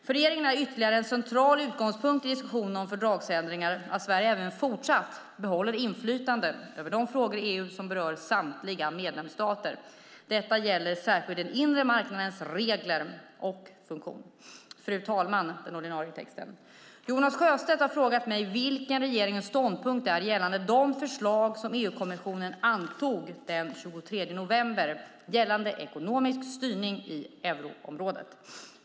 För regeringen är ytterligare en central utgångspunkt i diskussionen om fördragsändringar att Sverige även fortsättningsvis behåller inflytande över de frågor i EU som berör samtliga medlemsstater. Detta gäller särskilt den inre marknadens regler och funktion. Nu till det ursprungliga svaret: Fru talman! Jonas Sjöstedt har frågat mig vilken regeringens ståndpunkt är gällande de förslag som EU-kommissionen antog den 23 november om ekonomisk styrning i euroområdet.